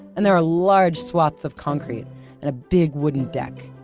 and there are large swaths of concrete and a big wooden deck.